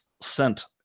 sent